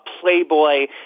Playboy